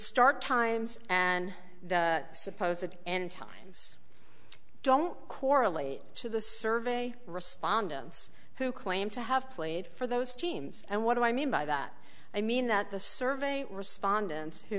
start times and the supposedly end times don't correlate to the survey respondents who claim to have played for those teams and what do i mean by that i mean that the survey respondents who